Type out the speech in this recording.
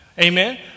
Amen